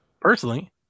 personally